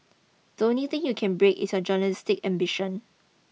the only thing you can break is your journalistic ambition